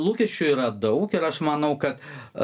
lūkesčių yra daug ir aš manau kad a